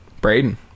Braden